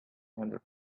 hundred